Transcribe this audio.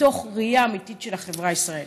מתוך ראייה אמיתית של החברה הישראלית.